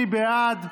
מי בעד?